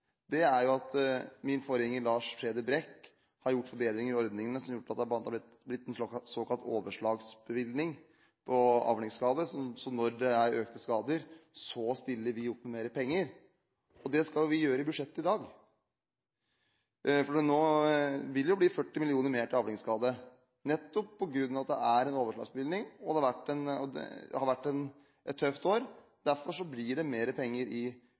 er at min forgjenger Lars Peder Brekk har gjort forbedringer i ordningene som har gjort at det bl.a. har blitt en såkalt overslagsbevilgning på avlingsskader, så når det er økte skader, stiller vi opp med mer penger. Og det skal vi jo gjøre i budsjettet i dag. Det vil bli 40 mill. kr mer til avlingsskade nettopp på grunn av at det er en overslagsbevilgning. Det har vært et tøft år, derfor blir det mer penger i potten. Det blir ikke mer penger